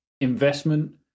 investment